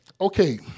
Okay